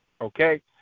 Okay